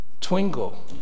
twinkle